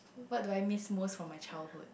what do I miss most from my childhood